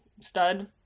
stud